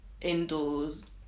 indoors